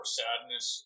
sadness